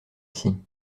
ici